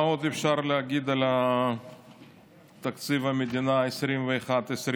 מה עוד אפשר להגיד על תקציב המדינה 2021 2022?